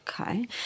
Okay